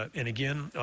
and again,